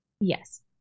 Yes